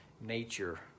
nature